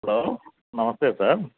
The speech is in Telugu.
హలో నమస్తే సార్